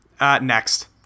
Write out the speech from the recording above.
Next